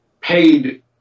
paid